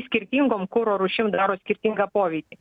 skirtingom kuro rūšim daro skirtingą poveikį